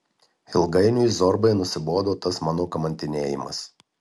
ilgainiui zorbai nusibodo tas mano kamantinėjimas